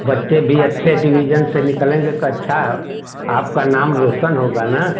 बच्चे भी अच्छे डिवीजन से निकलेंगे तो अच्छा ह आपका नाम रोशन होगा न